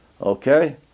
okay